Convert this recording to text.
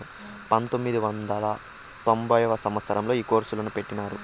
పంతొమ్మిది వందల తొంభై సంవచ్చరంలో ఈ కోర్సును పెట్టినారు